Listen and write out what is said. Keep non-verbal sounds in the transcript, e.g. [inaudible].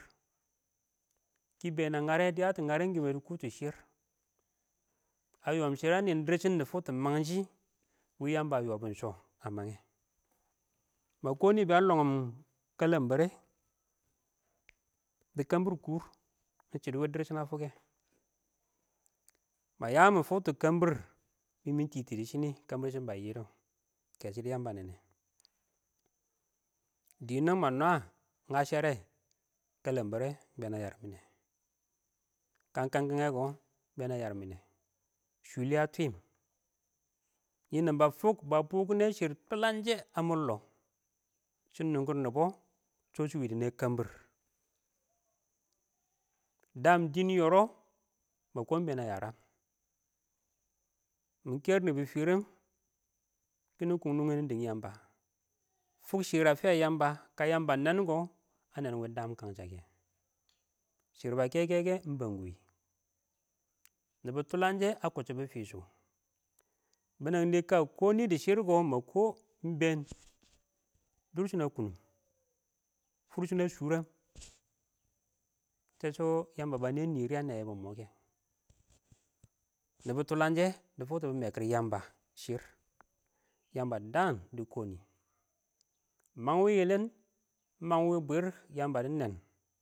Kɪ bən a ngare dɪ yatɔ ngaren kɪmɛ dɪ kuutu shɪrr, a yoom shɪrr a nɪɪn dɪrr shɪn dɪ fʊktʊ məngshɪ wɪ yəmbə yɔkɪn shɔɔ, a məngyɛ, [noise] ɪng mə nɪ bɛn ə longɪm kəlambare, [noise] dɪ kɛmbɪr kʊrr, ɪng shɪdɔ kəmbɪrsɪn bə yɪdɔɔ, [noise] ɪng kɛ sɪdɪ ɪng yəmbə ə nɛnɛ [noise] dɪnɛng mə nwə ɪng nyəshɛrɛ, kələnbərɛ, ɪng bɛn ə yərmɪnɛ, kən ɪng kəngkyəng kɔ, [noise] ɪng bɛn ə nyərmɪnɛ, [noise] shʊlɪ ə tɪɪm, [noise] nɪnɛng bə fʊk mɪnɛ shɪr tʊləngshɪ ə mʊr lɔɔ, shɪn nʊngkʊn nɪbɔ shɔ shɪwɪ dɪ nɛ kəmbɪr, dəəm dɪɪn, yɔrɔ mə kɔɔm ɪng been a yərəm. [noise] Mɪ kɛrɪ nɪbɪ fɪrɪn, kɪnɪ kʊn nɪyʒ nʊngdɛn yəmbə, fʊk shɪr ə fɪyə ɪng yəmbə, [noise] kə yəmba ɪng nɛn kʊ, ə nɛng wɪ ɪng dən kənsə kɛ shɪrr bə kɛkɛkɛ, ɪng bənkwɪ, nɪbɔ tʊləngshɪ ə kʊcchʊbʊ fɪsʊ, [noise] bɪnɛng ɪng kə kɔ nɪ dɪ shɪr, kɔ ɪng mə kɔ ɪng been [noise] ɪng durshɪn a kunum. [noise] Fʊrshɪn ə shulrɛm [noise] tə shɔɔ ɪng yəmba bə nɛ nɪrɪ ə nɛyyɛbɔ [noise] nɪ bɔ tʊləngshɛ bɪ fʊktʊ bɪ mɛkɪr ɪng yəmbə shɪr [noise] yamba dɪ daan dɪ konɪ mang wɪɪn yɪlɪm mang wɪɪn bwɪrrɪ ɪng yəmbə dɪ nɛn.